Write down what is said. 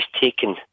taken